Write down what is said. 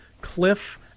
Cliff